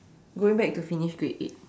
going back to finish grade eight